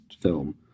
film